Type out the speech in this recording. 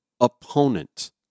opponent